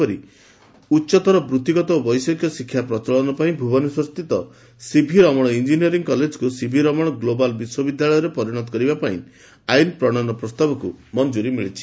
ସେହିପରି ଉଚ୍ଚତର ବୃଭିଗତ ଓ ବୈଷୟିକ ଶିକ୍ଷା ପ୍ରଚଳନ ପାଇଁ ଭୁବନେଶ୍ୱରସ୍ରିତ ସିଭିରମଣ ଇଞ୍ଞିନିୟରିଂ କଲେଜକୁ ସିଭିରମଣ ଗ୍ଲୋବାଲ୍ ବିଶ୍ୱବିଦ୍ୟାଳୟରେ ପରିଶତ କରିବାପାଇଁ ଆଇନ ପ୍ରଣୟନ ପ୍ରସ୍ତାବକୁ ମଞ୍ଚୁରି ମିଳିଛି